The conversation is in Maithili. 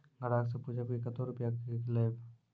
ग्राहक से पूछब की कतो रुपिया किकलेब?